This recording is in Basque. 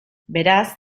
beraz